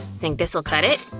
think this'll cut it?